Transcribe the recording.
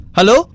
Hello